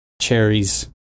cherries